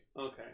Okay